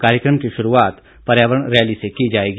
कार्यक्रम की शुरूआत पर्यावरण रैली से की जाएगी